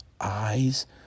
eyes